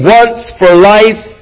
once-for-life